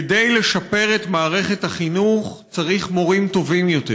כדי לשפר את מערכת החינוך צריך מורים טובים יותר,